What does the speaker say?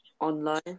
online